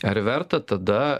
ar verta tada